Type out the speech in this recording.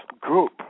group